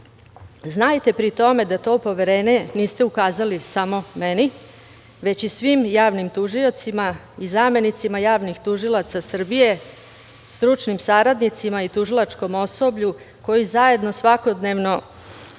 znajte pri tome da to poverenje niste ukazali samo meni, već i svim javnim tužiocima i zamenicima javnih tužilaca Srbije, stručnim saradnicima i tužilačkom osoblju koji zajedno svakodnevnog